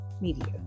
media